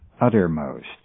uttermost